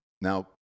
Now